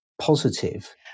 positive